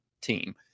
team